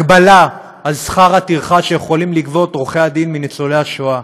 הגבלה על שכר הטרחה שיכולים עורכי דין יכולים מניצולי השואה,